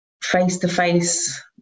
face-to-face